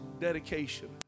dedication